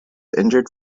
injured